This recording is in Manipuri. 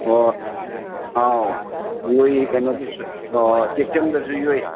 ꯑꯣ ꯍꯥꯎ ꯌꯣꯛꯏ ꯀꯩꯅꯣꯗꯁꯨ ꯑꯣ ꯇꯦꯛꯆꯝꯗꯁꯨ ꯌꯣꯛꯏ